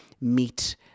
meet